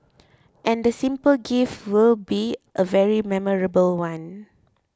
and the simple gift will be a very memorable one